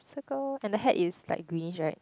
circle and the hat is light greenish right